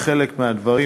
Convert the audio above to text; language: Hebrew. לחלק מהשאלות,